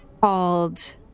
called